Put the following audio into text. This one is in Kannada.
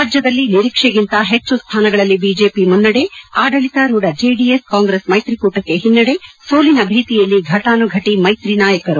ರಾಜ್ಯದಲ್ಲಿ ನಿರೀಕ್ಷೆಗಿಂತ ಹೆಚ್ಚು ಸ್ಥಾನಗಳಲ್ಲಿ ಬಿಜೆಪಿ ಮುನ್ನಡ ಆಡಳಿತಾರೂಢ ಜೆಡಿಎಸ್ ಕಾಂಗ್ರೆಸ್ ಮೈತ್ರಿಕೂಟಕ್ಕೆ ಹಿನ್ನಡೆ ಸೋಲಿನ ಭೀತಿಯಲ್ಲಿ ಫಟಾನುಫಟಿ ಮೈತ್ರಿ ನಾಯಕರು